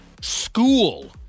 School